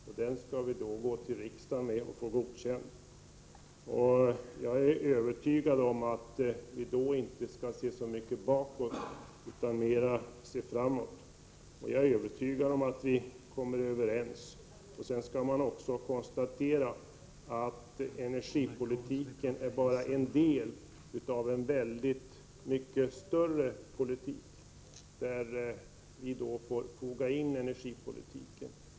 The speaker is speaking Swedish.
Den skall vi gå till riksdagen med och få godkänd. Då skall vi inte se så mycket bakåt utan mera framåt. Jag är övertygad om att vi kommer överens. Men energipolitiken är bara en del av en mycket större politik, där vi får foga in energipolitiken.